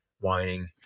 whining